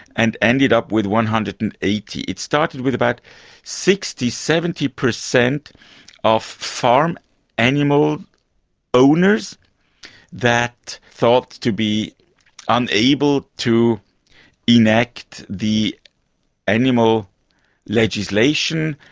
and ended up with one hundred and eighty. it started with about sixty percent, seventy percent of farm animal owners that thought to be unable to enact the animal legislation.